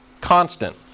constant